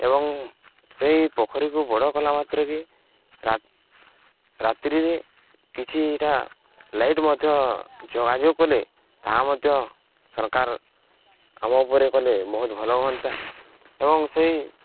ଏବଂ ସେଇ ପୋଖରୀକୁ ବଡ଼ କଲା ମାତ୍ରକେ ରାତ୍ରିରେ କିଛିଟା ଲାଇଟ୍ ମଧ୍ୟ ଯୋଗାଯୋଗ କଲେ ତାହା ମଧ୍ୟ ସରକାର ଆମ ଉପରେ କଲେ ବହୁତ ଭଲ ହୁଅନ୍ତା ଏବଂ ସେଇ